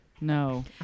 no